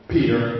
Peter